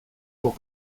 pour